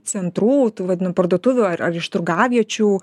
centrų tai vadinamų parduotuvių ar iš turgaviečių